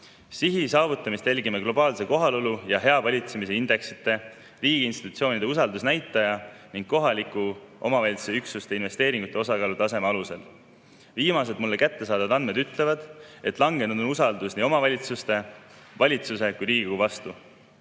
sihi saavutamist jälgime globaalse kohalolu ja hea valitsemise indeksite, riigi institutsioonide usalduse näitaja ning kohaliku omavalitsuse üksuste investeeringute osakaalu näitaja alusel. Viimased mulle kättesaadavad andmed ütlevad, et vähenenud on usaldus nii omavalitsuste, valitsuse kui ka Riigikogu vastu.